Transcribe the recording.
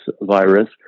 virus